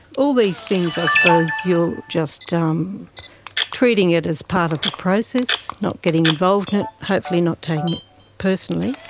all these things i suppose you're just um treating it as part of the process, not getting involved in it, hopefully not taking it personally,